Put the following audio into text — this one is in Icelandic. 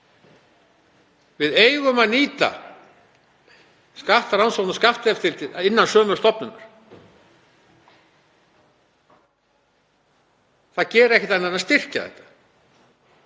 Við eigum að nýta skattrannsókn og skatteftirlit innan sömu stofnunar. Það gerir ekkert annað en að styrkja þetta.